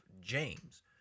James